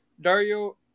Dario